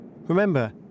Remember